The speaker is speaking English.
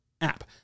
app